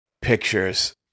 pictures